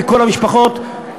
מכל המשפחות,